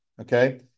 Okay